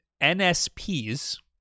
nsps